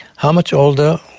how much older,